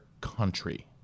country